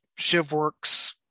shivworks